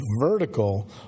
vertical